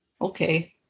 Okay